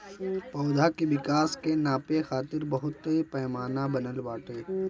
पौधा के विकास के नापे खातिर बहुते पैमाना बनल बाटे